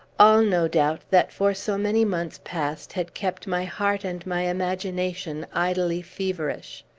all, no doubt, that for so many months past had kept my heart and my imagination idly feverish.